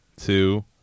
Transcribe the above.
two